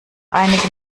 einigen